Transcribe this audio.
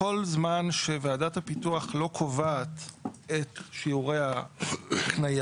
כל זמן שוועדת הפיתוח לא קובעת את שיעורי ההקניה,